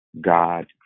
God